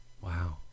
Wow